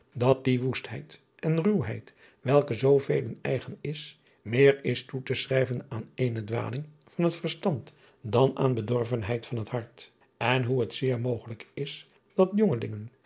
oosjes zn et leven van illegonda uisman is meer is toe te schrijven aan eene dwaling van het verstand dan aan bedorvenheid van het hart en hoe het zeer mogelijk is dat jongelingen